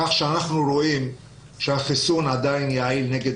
אנחנו רואים שהחיסון עדיין יעיל נגד